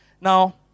Now